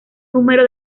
número